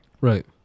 Right